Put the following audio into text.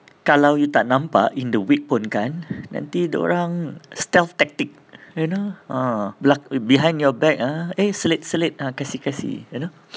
kalau you tak nampak in the week pun kan nanti dorang stealth tactic you know uh bela~ behind your back ah eh selit-selit kasi-kasi you know